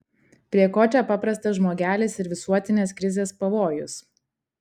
prie ko čia paprastas žmogelis ir visuotinės krizės pavojus